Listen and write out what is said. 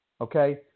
Okay